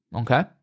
okay